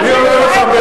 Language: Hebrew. אני עונה לך.